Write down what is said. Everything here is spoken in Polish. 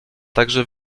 także